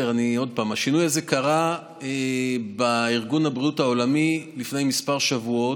השינוי הזה קרה בארגון הבריאות העולמי לפני כמה שבועות.